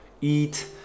eat